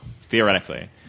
Theoretically